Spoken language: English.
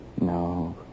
No